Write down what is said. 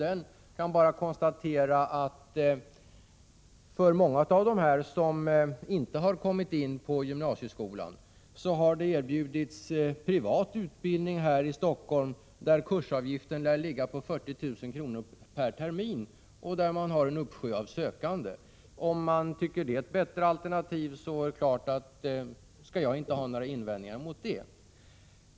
Jag kan bara konstatera att många av dem som inte har kommit in på gymnasieskolan har erbjudits privat utbildning här i Stockholm. Kursavgiften lär ligga på 40 000 kr. per termin, och man har en uppsjö av sökande. Om ni tycker att det är ett bättre alternativ, skall jag inte göra några invändningar mot det.